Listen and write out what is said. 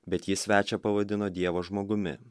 bet ji svečią pavadino dievo žmogumi